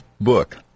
book